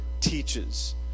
teaches